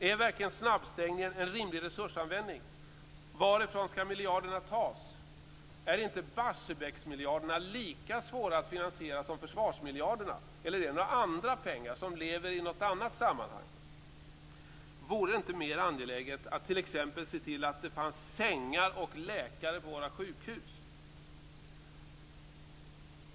Är verkligen snabbstängningen en rimlig resursanvändning? Varifrån skall miljarderna tas? Är inte Barsebäcksmiljarderna lika svåra att finansiera som försvarsmiljarderna, eller är det några andra pengar som existerar i något annat sammanhang? Vore det inte mer angeläget att t.ex. se till att det finns sängar och läkare på våra sjukhus?